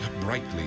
brightly